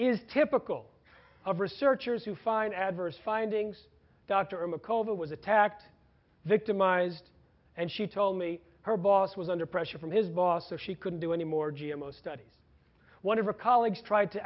is typical of researchers who find adverse findings dr mccall that was attacked victimized and she told me her boss was under pressure from his boss so she couldn't do any more g m o studies one of her colleagues tried to